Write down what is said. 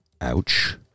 Ouch